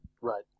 right